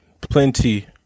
plenty